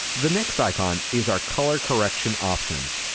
the next icon is our color correction options.